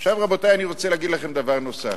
עכשיו, רבותי, אני רוצה להגיד לכם דבר נוסף.